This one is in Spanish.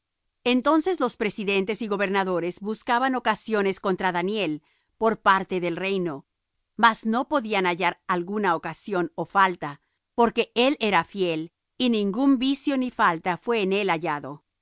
entonces los presidentes y gobernadores buscaban ocasiones contra daniel por parte del reino mas no podían hallar alguna ocasión ó falta porque él era fiel y ningún vicio ni falta fué en él hallado